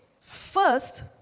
First